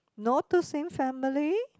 not the same family